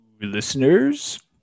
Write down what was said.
listeners